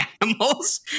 animals